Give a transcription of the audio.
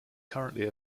currently